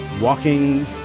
walking